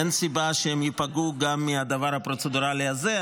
אין סיבה שהם ייפגעו גם מהדבר הפרוצדורלי הזה.